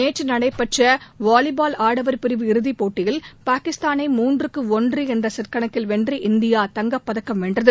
நேற்று நடைபெற்ற வாலிபால் ஆடவர் பிரிவு இறுதி போட்டியில் பாகிஸ்தானை மூன்றுக்கு ஒன்று என்ற செட் கணக்கில் வென்று இந்தியா தங்கப் பதக்கம் பெற்றது